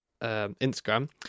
Instagram